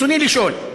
ברצוני לשאול: